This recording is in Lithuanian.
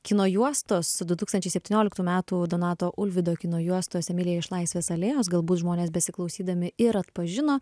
kino juostos du tūkstančiai septynioliktų metų donato ulvydo kino juostos emilija iš laisvės alėjos galbūt žmonės besiklausydami ir atpažino